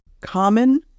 common